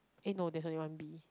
eh no there is only one B